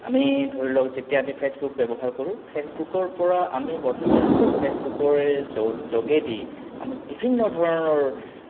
আমি ধৰি লওক যেতিয়া আমি ফে'চবুক ব্যৱহাৰ কৰোঁ ফে'চবুকৰ পৰা আমি বৰ্তমান যুগত ফে'চবুকৰে য যোগেদি আমি বিভিন্ন ধৰণৰ